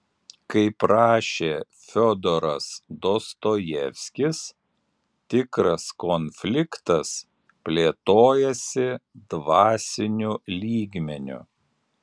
kaip rašė fiodoras dostojevskis tikras konfliktas plėtojasi dvasiniu lygmeniu